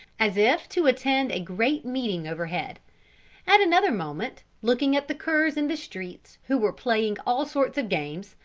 as if to attend a great meeting overhead at another moment, looking at the curs in the streets, who were playing all sorts of games,